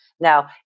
Now